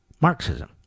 Marxism